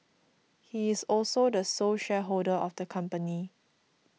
he is also the sole shareholder of the company